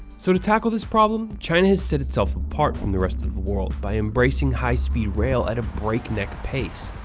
so to tackle this problem, china has set itself apart from the rest of the world by embracing high speed rail at a breakneck pace.